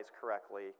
correctly